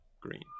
green